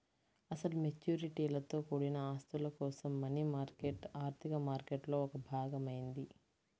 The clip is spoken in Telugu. అసలు మెచ్యూరిటీలతో కూడిన ఆస్తుల కోసం మనీ మార్కెట్ ఆర్థిక మార్కెట్లో ఒక భాగం అయింది